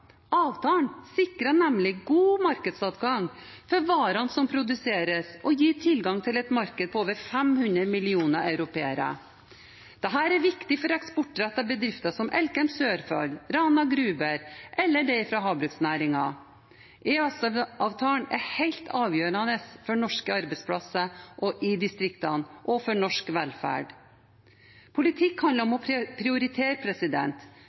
Avtalen sikrer nemlig god markedsadgang for varene som produseres, og gir tilgang til et marked på over 500 millioner europeere. Dette er viktig for eksportrettede bedrifter som Elkem Salten i Sørfold og Rana Gruber og for havbruksnæringen. EØS-avtalen er helt avgjørende for norske arbeidsplasser i distriktene og for norsk velferd. Politikk handler om å prioritere,